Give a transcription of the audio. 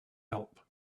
help